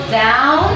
down